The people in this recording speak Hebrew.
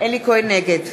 נגד